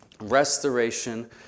Restoration